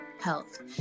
health